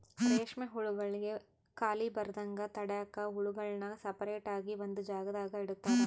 ರೇಷ್ಮೆ ಹುಳುಗುಳ್ಗೆ ಖಾಲಿ ಬರದಂಗ ತಡ್ಯಾಕ ಹುಳುಗುಳ್ನ ಸಪರೇಟ್ ಆಗಿ ಒಂದು ಜಾಗದಾಗ ಇಡುತಾರ